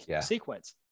sequence